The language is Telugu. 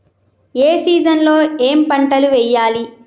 ఏ సీజన్ లో ఏం పంటలు వెయ్యాలి?